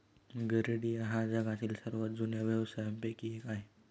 गरेडिया हा जगातील सर्वात जुन्या व्यवसायांपैकी एक आहे